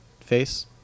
face